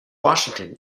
washington